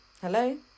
Hello